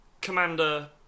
Commander